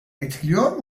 etkiliyor